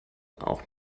auch